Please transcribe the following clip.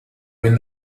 win